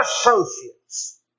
associates